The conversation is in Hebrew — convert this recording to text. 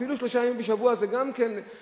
אפילו שלושה ימים בשבוע זה גם כן משהו,